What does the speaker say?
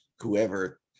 whoever